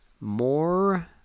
more